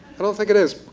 i don't think it is.